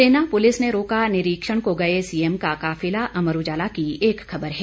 सेना पुलिस ने रोका निरीक्षण को गए सीएम का काफिला अमर उजाला की एक खबर है